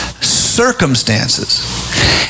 circumstances